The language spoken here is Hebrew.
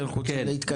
כי אנחנו רוצים להתקדם.